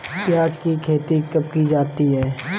प्याज़ की खेती कब की जाती है?